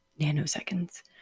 nanoseconds